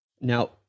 Now